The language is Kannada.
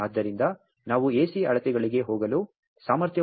ಆದ್ದರಿಂದ ನಾವು ಎಸಿ ಅಳತೆಗಳಿಗೆ ಹೋಗಲು ಸಾಮರ್ಥ್ಯವನ್ನು ಹೊಂದಿದ್ದೇವೆ